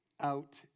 out